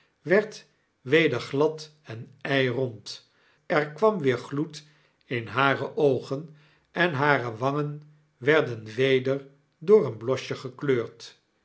werd weder glad en eirond er kwam weer gloed in hare oogen en hare wangen werden weder door een blosje gekleurd